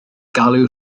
galw